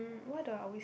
um what do I always